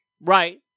right